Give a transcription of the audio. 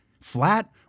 Flat